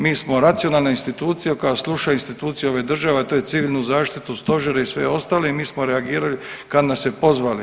Mi smo racionalna institucija koja sluša institucije ove države, a to je civilnu zaštitu, stožere i sve ostale i mi smo reagirali kad nas se pozvali.